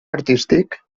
artístic